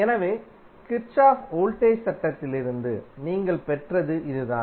எனவே Kirchhoff voltage சட்டத்திலிருந்து நீங்கள் பெற்றது இதுதான்